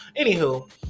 Anywho